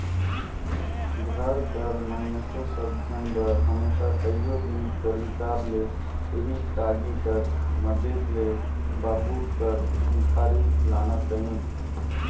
घर कर मइनसे सब झन बर हमेसा कइयो दिन कर हिसाब ले एही टागी कर मदेत ले बबूर कर मुखारी लानत रहिन